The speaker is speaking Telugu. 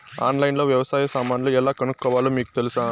ఆన్లైన్లో లో వ్యవసాయ సామాన్లు ఎలా కొనుక్కోవాలో మీకు తెలుసా?